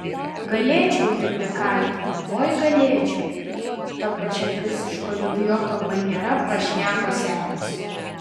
galėčiau jaunikaiti oi galėčiau ta pačia visiško idioto maniera prašneko senis